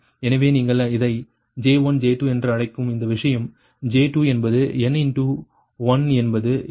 எனவே நீங்கள் இதை J1 J2 என்று அழைக்கும் இந்த விஷயம் J2 என்பது n இன்டு 1 என்பது இல்லை